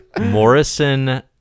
morrison